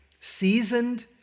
seasoned